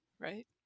right